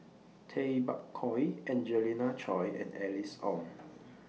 Tay Bak Koi Angelina Choy and Alice Ong